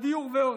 הדיור ועוד.